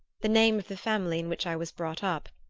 the name of the family in which i was brought up.